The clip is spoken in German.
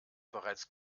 bereits